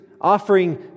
offering